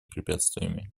препятствиями